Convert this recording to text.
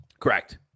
Correct